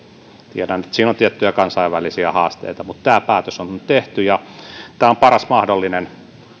tiedän että siinä on tiettyjä kansainvälisiä haasteita mutta tämä päätös on tehty ja tämä on paras mahdollinen